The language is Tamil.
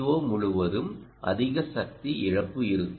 ஓ முழுவதும் அதிக சக்தி இழப்பு இருக்கும்